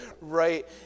right